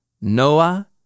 Noah